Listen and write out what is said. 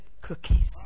cookies